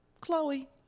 Chloe